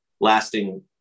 lasting